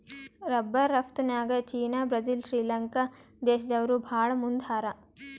rubber ರಫ್ತುನ್ಯಾಗ್ China Brazil Sri Lanka ದೇಶ್ದವ್ರು ಭಾಳ್ ಮುಂದ್ ಹಾರ